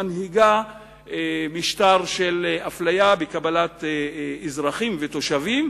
מנהיגה משטר של אפליה בקבלת אזרחים ותושבים,